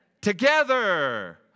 Together